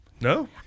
No